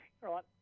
right